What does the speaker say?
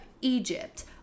egypt